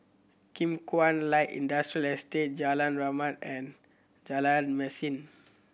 Kim Kuan Light Industrial Estate Jalan Rahmat and Jalan Mesin